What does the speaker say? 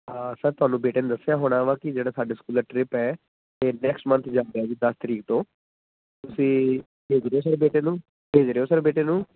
ਹਾਂ ਸਰ ਤੁਹਾਨੂੰ ਬੇਟੇ ਨੇ ਦੱਸਿਆ ਹੋਣਾ ਵਾ ਕਿ ਜਿਹੜਾ ਸਾਡੇ ਸਕੂਲ ਦਾ ਟ੍ਰਿਪ ਹੈ ਇਹ ਨੈਕਸਟ ਮੰਨਥ ਜਾ ਜੀ ਦਸ ਤਰੀਕ ਤੋਂ ਤੁਸੀਂ ਭੇਜ ਰਹੇ ਹੋ ਸਰ ਬੇਟੇ ਨੂੰ ਭੇਜ ਰਹੇ ਹੋ ਸਰ ਬੇਟੇ ਨੂੰ